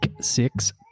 six